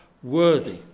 worthy